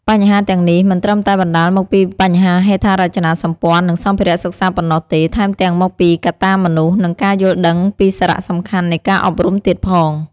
បញ្ហាទាំងនេះមិនត្រឹមតែបណ្ដាលមកពីបញ្ហាហេដ្ឋារចនាសម្ព័ន្ធ និងសម្ភារៈសិក្សាប៉ុណ្ណោះទេ ថែមទាំងមកពីកត្តាមនុស្ស និងការយល់ដឹងពីសារៈសំខាន់នៃការអប់រំទៀតផង។